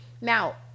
Now